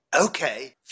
Okay